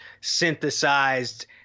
synthesized